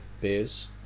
beers